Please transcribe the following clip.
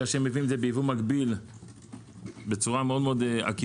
כי מביאים את זה בייבוא מקביל בצורה מאוד עקיפה.